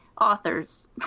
author's